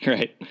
Right